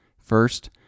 First